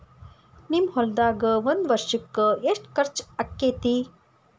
ನಿಮ್ಮ ಹೊಲ್ದಾಗ ಒಂದ್ ವರ್ಷಕ್ಕ ಎಷ್ಟ ಖರ್ಚ್ ಆಕ್ಕೆತಿ?